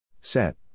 Set